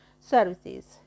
services